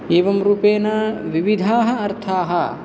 एवं रूपेन विविधाः अर्थाः